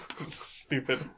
stupid